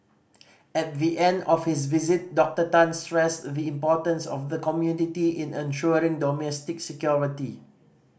at the end of his visit Doctor Tan stressed the importance of the community in ensuring domestic security